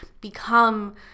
become